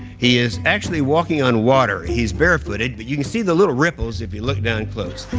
he is actually walking on water. he's barefooted. but you can see the little ripples if you look down close.